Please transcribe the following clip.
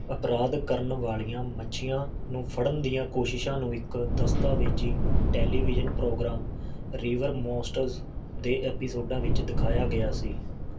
ਅਪਰਾਧ ਕਰਨ ਵਾਲ਼ੀਆਂ ਮੱਛੀਆਂ ਨੂੰ ਫੜ੍ਹਨ ਦੀਆਂ ਕੋਸ਼ਿਸ਼ਾਂ ਨੂੰ ਇੱਕ ਦਸਤਾਵੇਜ਼ੀ ਟੈਲੀਵਿਜ਼ਨ ਪ੍ਰੋਗਰਾਮ ਰਿਵਰ ਮੌਨਸਟਰਸ ਦੇ ਐਪੀਸੋਡਾਂ ਵਿੱਚ ਦਿਖਾਇਆ ਗਿਆ ਸੀ